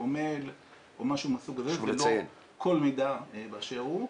או מייל או משהו מהסוג הזה ולא כל מידע באשר הוא.